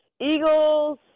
Eagles